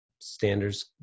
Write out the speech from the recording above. standards